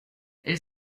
elle